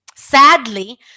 Sadly